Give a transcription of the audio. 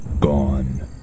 Gone